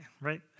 right